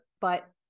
but-